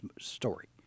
story